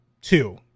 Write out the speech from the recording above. two